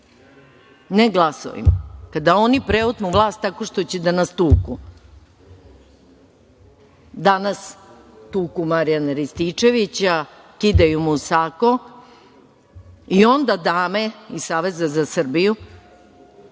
ne glasovima, kada oni preotmu vlast tako što će da nas tuku. Danas tuku Marijana Rističevića, kidaju mu sako i onda dame iz Saveza za Srbiju,